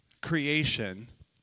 creation